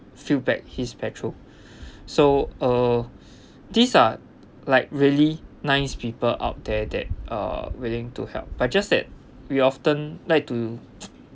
fill back his petrol so uh these are like really nice people out there that are willing to help but just that we often like to